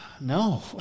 No